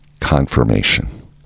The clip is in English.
confirmation